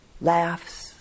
laughs